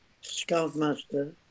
scoutmaster